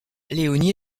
léonie